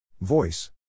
Voice